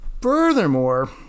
furthermore